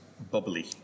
bubbly